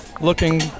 looking